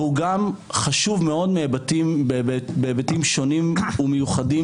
והוא גם חשוב מאוד בהיבטים שונים ומיוחדים